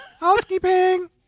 Housekeeping